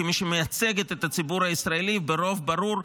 כמי שמייצגת את הציבור הישראלי ברוב ברור,